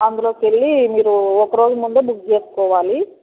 అందులోకి వెళ్ళి మీరు ఒక రోజు ముందే బుక్ చేసుకోవాలి